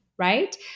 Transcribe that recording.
right